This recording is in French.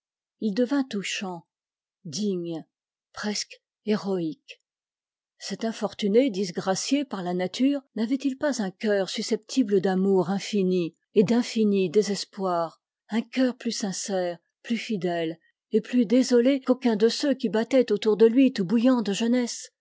il devint touchant digne presque héroïque cet infortuné disgracié par la nature n'avait-il pas un cœur susceptible d'amour infini et d'infini désespoir un cœur plus sincère plus fidèle et plus désolé qu'aucun de ceux qui battaient autour de lui tout bouillans de jeunesse